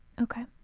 Okay